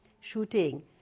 shooting